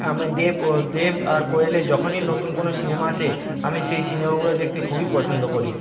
আমি দেব ও দেব আর কোয়েলের যখনই নতুন কোন সিনেমা আসে আমি সেই সিনেমাগুলো দেখতে খুবই পছন্দ করি